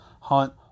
Hunt